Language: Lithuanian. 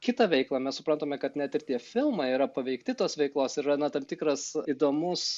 kitą veiklą mes suprantame kad net ir tie filmai yra paveikti tos veiklos yra na tam tikras įdomus